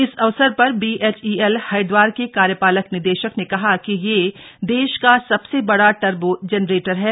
इस अवसर पर बीएचईएल हरिदवार के कार्यपालक निदेशक ने कहा कि यह यह देश का सबसे बड़ा टर्बो जेनरेटर है